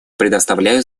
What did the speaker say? предоставляю